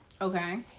Okay